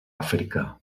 àfrica